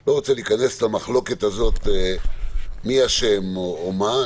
לא רוצה להיכנס למחלוקת הזאת מי אשם או מה.